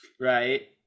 Right